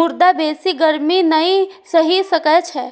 मुदा बेसी गर्मी नै सहि सकै छै